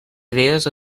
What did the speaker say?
idees